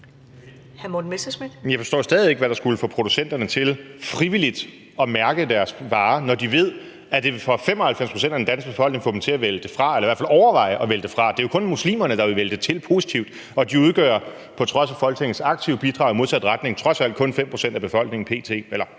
Jeg forstår stadig væk ikke, hvad der skulle få producenterne til frivilligt at mærke deres varer, når de ved, at det for 95 pct. af den danske befolknings vedkommende vil betyde, at det vil få dem til at vælge det fra eller i hvert fald overveje at vælge det fra. Det er jo kun muslimerne, der positivt vil vælge det til, og de udgør p.t. – på trods af Folketingets aktive bidrag i modsatte retning – trods alt kun 5 pct. af befolkningen eller